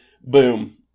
boom